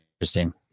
interesting